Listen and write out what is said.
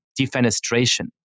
defenestration